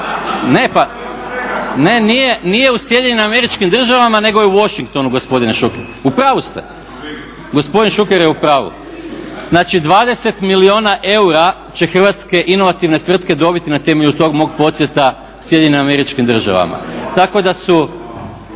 Ne, nije u Sjedinjenim Američkim Državama nego je u Washingtonu gospodine Šuker, u pravu ste. Gospodin Šuker je u pravu. Znači 20 milijuna eura će hrvatske inovativne tvrtke dobiti na temelju tog mog posjeta SAD-u tako da su…